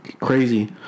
crazy